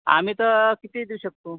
आम्ही तर कितीही देऊ शकतो